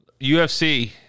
UFC